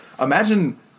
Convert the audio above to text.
imagine